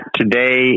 today